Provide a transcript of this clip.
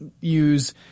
use